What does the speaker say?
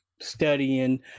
studying